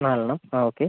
നാലെണ്ണം ആ ഓക്കെ